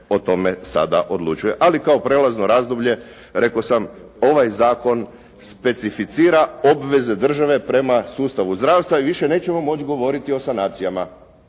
o tome sada odlučuje. Ali kao prijelazno razdoblje rekao sam ovaj zakon specificira obveze države prema sustavu zdravstva i više nećemo moć govoriti o sanacijama,